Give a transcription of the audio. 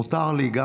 מותר לי.